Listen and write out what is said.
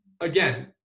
again